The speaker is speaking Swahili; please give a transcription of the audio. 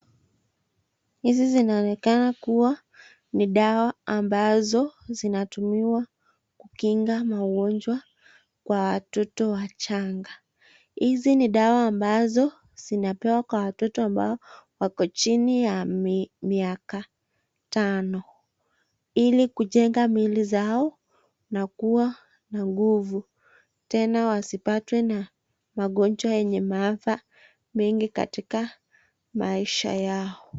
Hizi zinaonekana kuwa ni dawa ambazo zinatumiwa kukinga magonjwa kwa watoto wachanga. Hizi ni dawa ambazo zinapewa kwa watoto ambao wako chini ya miaka tano ili kujenga miili zao na kuwa na nguvu. Tena wasipatwe na magonjwa yenye maafa mengi katika maisha yao.